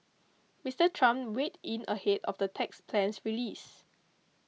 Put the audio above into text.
Mr Trump weed in ahead of the tax plan's release